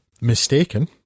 mistaken